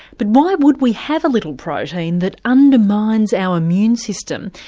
but why would we have a little protein that undermines our immune system,